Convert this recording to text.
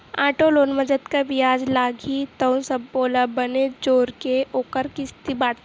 auto loan म जतका बियाज लागही तउन सब्बो ल बने जोरके ओखर किस्ती बाटथे